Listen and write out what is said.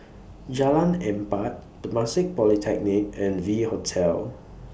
Jalan Empat Temasek Polytechnic and V Hotel